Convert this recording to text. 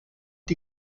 die